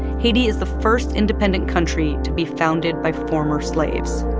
haiti is the first independent country to be founded by former slaves